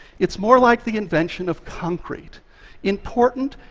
it's more like the invention of concrete important,